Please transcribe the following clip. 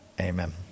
Amen